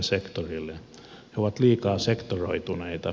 he ovat liikaa sektoroituneita